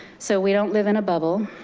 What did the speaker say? so we don't live in a bubble.